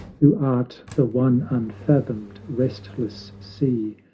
who art the one unfathomed, restless sea,